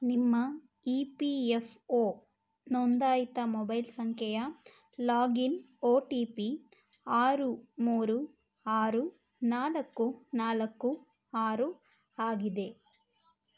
ನಿಮ್ಮ E P F O ನೋಂದಾಯಿತ mobile ಸಂಖ್ಯೆಯ ಲಾಗಿನ್ ಒ ಟಿ ಪಿ ಆರು ಮೂರು ಆರು ನಾಲ್ಕು ನಾಲ್ಕು ಆರು ಆಗಿದೆ